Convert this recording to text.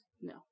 No